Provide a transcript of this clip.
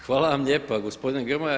Hvala vam lijepa gospodine Grmoja.